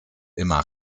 immer